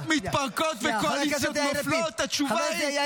לו את הזכות להודעה אישית, כי הוא